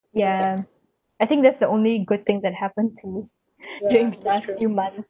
ya I think that's the only good thing that happened to during this few months